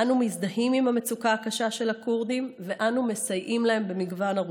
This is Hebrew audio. אנו מזדהים עם המצוקה הקשה של הכורדים ואנו מסייעים להם במגוון ערוצים.